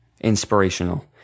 inspirational